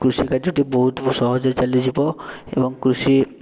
କୃଷି କାର୍ଯ୍ୟଟି ବହୁ ସହଜରେ ଚାଲିଯିବ ଏବଂ କୃଷି